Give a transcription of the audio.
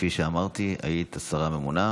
כפי שאמרתי, היית השרה הממונה.